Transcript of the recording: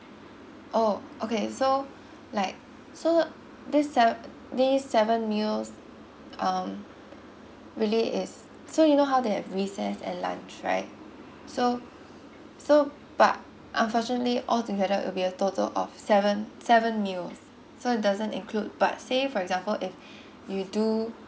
oh okay so like so these sev~ these seven meals um really is so you know how they have recess and lunch right so so but unfortunately altogether will be a total of seven seven meals so doesn't include but say for example if you do